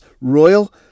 Royal